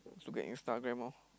let's look Instagram loh